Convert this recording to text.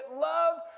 love